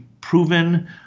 proven